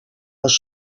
les